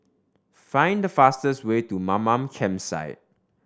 find the fastest way to Mamam Campsite